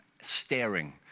staring